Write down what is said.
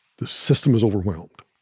the system was overwhelmed.